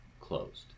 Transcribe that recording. closed